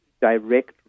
direct